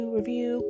review